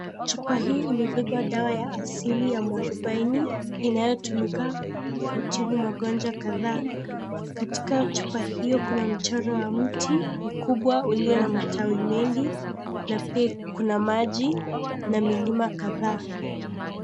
Chupa hii imebeba dawa ya asili ya mwarubaini, inayotumika kutibu magonjwa kadhaa. Katika chupa hiyo kuna mchoro wa mti mkubwa ulio na matawi mengi, na pia kuna maji, na milima kadhaa.